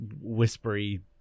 whispery